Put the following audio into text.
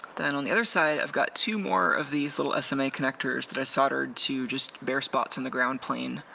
then on the other side i've got two more of these little sma connectors that i soldered to just bare spots in the ground plane.